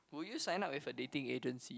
would you sign up with a dating agency